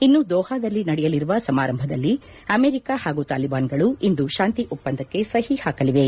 ಇನ್ನು ದೋಹಾದಲ್ಲಿ ನಡೆಯಲಿರುವ ಸಮಾರಂಭದಲ್ಲಿ ಅಮೆರಿಕ ಹಾಗೂ ತಾಲಿಬಾನ್ಗಳು ಇಂದು ಶಾಂತಿ ಒಪ್ಪಂದಕ್ಕೆ ಸಹಿ ಹಾಕಲಿವೆ